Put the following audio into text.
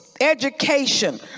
education